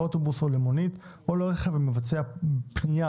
לאוטובוס או למונית או לרכב המבצע פנייה